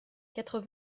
quatre